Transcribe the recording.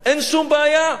אין שום בעיה.